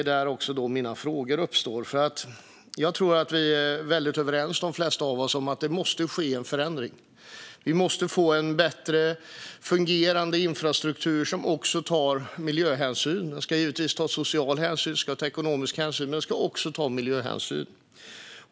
Det är även där mina frågor uppstår, för jag tror att det flesta av oss är överens om att det måste ske en förändring - att vi måste få en bättre fungerande infrastruktur, som också tar miljöhänsyn. Den ska givetvis ta social hänsyn och ekonomisk hänsyn, men den ska också ta miljöhänsyn.